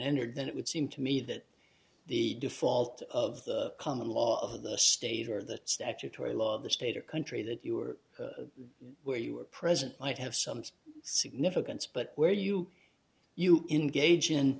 entered then it would seem to me that the default of the common law of the state or the statutory law of the state or country that you are where you are present might have some significance but where you you engage in